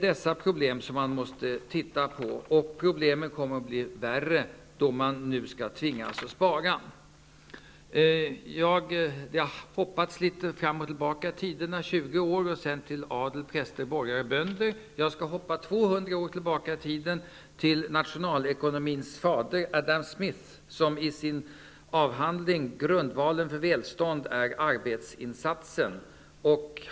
Dessa problem måste man se över. Problemen kommer att bli värre när man nu tvingas att spara. Det har här hoppats litet fram och tillbaka i tiden, allt ifrån 20 år till tiden för adel, präster, borgare och bönder. Jag skall hoppa 200 år tillbaka i tiden till nationalekonomins fader Adam Smith som i sin avhandling sade att grundvalen för välstånd är arbetsinsatsen.